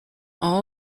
all